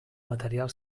material